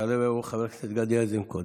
יעלה ויבוא חבר הכנסת גדי איזנקוט.